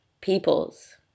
peoples